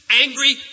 angry